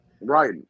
Right